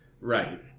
right